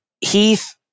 Heath